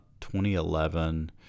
2011